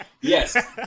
yes